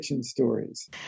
stories